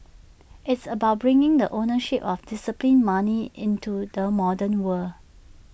it's about bringing the ownership of disciplined money into the modern world